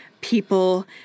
People